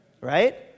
right